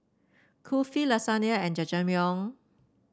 Kulfi Lasagna and Jajangmyeon